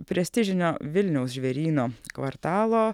prestižinio vilniaus žvėryno kvartalo